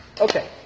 Okay